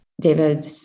David